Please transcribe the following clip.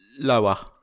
Lower